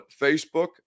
Facebook